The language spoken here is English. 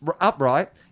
upright